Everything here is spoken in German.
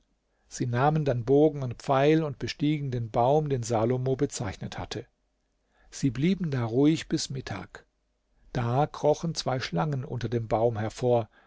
sie nahmen dann bogen und pfeil und bestiegen den baum den salomo bezeichnet hatte sie blieben da ruhig bis mittag da krochen zwei schlangen unter dem baum hervor